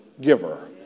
giver